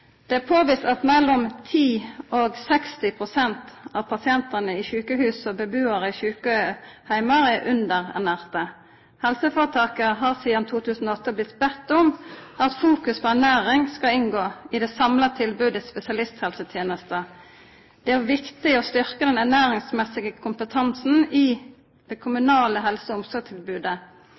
Det er påvist at mellom 10 og 60 pst. av pasientane i sjukehus og bebuarar i sjukeheimar er underernærte. Helseføretaka har sidan 2008 blitt bedne om at fokus på ernæring skal inngå i det samla tilbodet i spesialisthelsetenesta. Det er viktig å styrkja den ernæringsmessige kompetansen i det kommunale helse- og omsorgstilbodet.